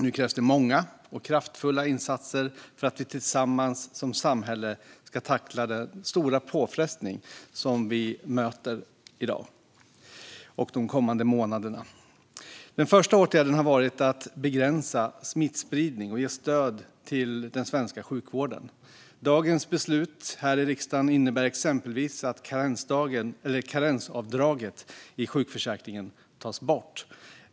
Nu krävs många och kraftfulla insatser för att vi tillsammans som samhälle ska tackla den stora påfrestning som vi möter i dag och de kommande månaderna. Den första åtgärden har varit att begränsa smittspridning och ge stöd till den svenska sjukvården. Dagens beslut här i riksdagen innebär exempelvis att karensavdraget i sjukförsäkringen tas bort.